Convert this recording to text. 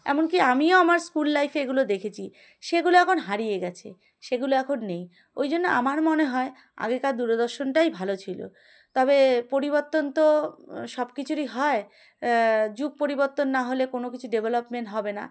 এমন কি আমিও আমার স্কুল লাইফে এগুলো দেখেছি সেগুলো এখন হারিয়ে গিয়েছে সেগুলো এখন নেই ওই জন্য আমার মনে হয় আগেকার দূরদর্শনটাই ভালো ছিল তবে পরিবর্তন তো সব কিছুরই হয় যুগ পরিবর্তন না হলে কোনো কিছু ডেভেলপমেন্ট হবে না